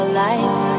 life